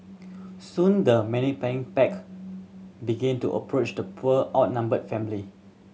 soon the pack begin to approach the poor outnumbered family